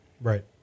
Right